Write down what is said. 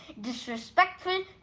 disrespectful